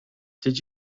did